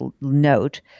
note